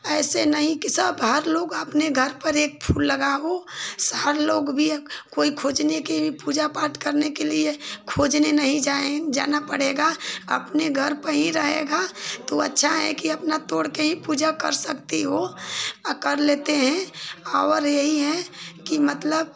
ऐसे नहीं कि सब हर लोग अपने घर पर एक फूल लगाओ हर लोग भी कोई खोजने के पूजा पाठ करने के लिए खोजने नहीं जाना पड़ेगा अपने घर पर ही रहेगा तो अच्छा है कि अपना तोड़ कर ही पूजा कर सकती हो कर लेते हैं औवर यही है कि मतलब